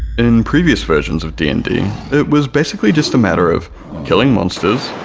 in previous versions of d and d it was basically just a matter of killing monsters,